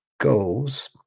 goals